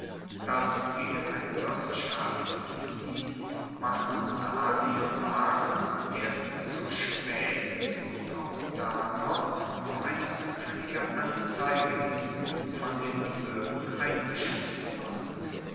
dass gegen eine wirtschaft wie die bacchanalien waren erst so spaet und auch da noch auf eine zufaellige anzeige hin von den behoerden eingeschritten ward